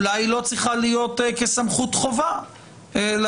אולי היא לא צריכה להיות כסמכות חובה אלא